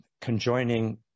conjoining